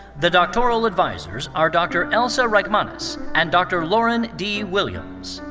the doctoral advisers are dr. elsa reichmanis and dr. loren d. williams.